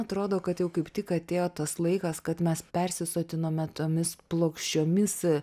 atrodo kad jau kaip tik atėjo tas laikas kad mes persisotinome tomis plokščiomis